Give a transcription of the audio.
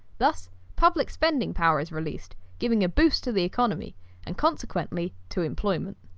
thus public spending power is released, giving a boost to the economy and consequently, to employment.